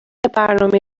برنامه